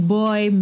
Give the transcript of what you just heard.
boy